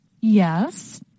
Yes